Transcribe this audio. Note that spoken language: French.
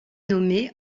nommée